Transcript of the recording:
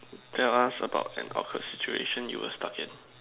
tell us about an awkward situation you were stuck in